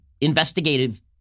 investigative